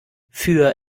für